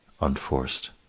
Unforced